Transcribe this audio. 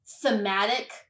thematic